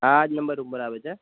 આજ નંબર ઉપર આવે છે